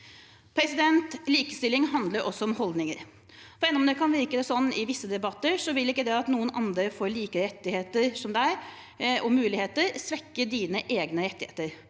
neste uke. Likestilling handler også om holdninger. Selv om det kan virke slik i visse debatter, vil ikke det at noen andre får like rettigheter og muligheter som deg svekke dine egne rettigheter.